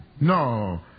No